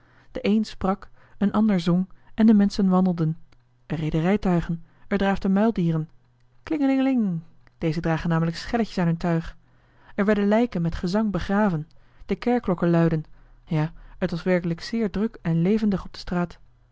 de een sprak een ander zong en de menschen wandelden er reden rijtuigen er draafden muildieren klingelingling deze dragen namelijk schelletjes aan hun tuig er werden lijken met gezang begraven de kerkklokken luidden ja het was werkelijk zeer druk en levendig op de straat